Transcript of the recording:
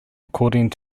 according